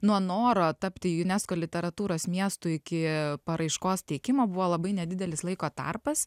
nuo noro tapti junesko literatūros miestu iki paraiškos teikimo buvo labai nedidelis laiko tarpas